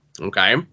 Okay